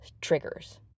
triggers